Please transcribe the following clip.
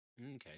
Okay